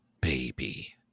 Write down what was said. baby